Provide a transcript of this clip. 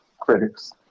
critics